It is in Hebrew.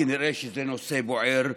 כנראה זה נושא בוער בשטח.